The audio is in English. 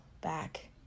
back